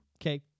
Okay